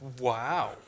Wow